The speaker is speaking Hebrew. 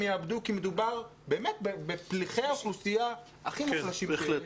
יאבדו כי מדובר באמת בפלחי אוכלוסייה הכי מוחלשים בחברה.